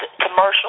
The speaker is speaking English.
commercial